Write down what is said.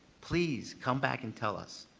please come back and tell us.